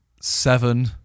Seven